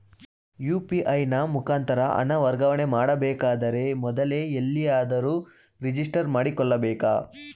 UPI ನ ಮುಖಾಂತರ ಹಣ ವರ್ಗಾವಣೆ ಮಾಡಬೇಕಾದರೆ ಮೊದಲೇ ಎಲ್ಲಿಯಾದರೂ ರಿಜಿಸ್ಟರ್ ಮಾಡಿಕೊಳ್ಳಬೇಕಾ?